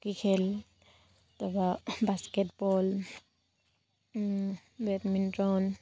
hockey খেল তাৰপৰা basketball badminton